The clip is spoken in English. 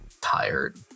tired